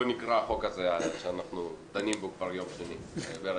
נקרא שאנחנו דנים בו כבר ביום השני ברצף.